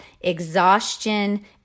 exhaustion